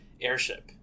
airship